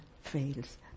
fails